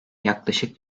yaklaşık